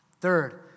Third